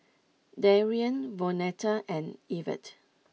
Darrien Vonetta and Evert